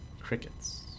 Crickets